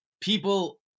People